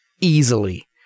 easily